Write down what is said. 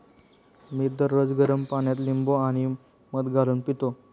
मी दररोज गरम पाण्यात लिंबू आणि मध घालून पितो